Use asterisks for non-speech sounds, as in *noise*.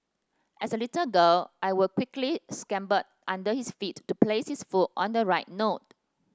as a little girl I would quickly scamper under his feet to *noise* place his foot on the right note